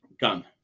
gun